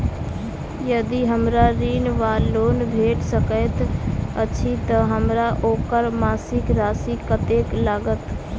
यदि हमरा ऋण वा लोन भेट सकैत अछि तऽ हमरा ओकर मासिक राशि कत्तेक लागत?